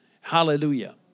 Hallelujah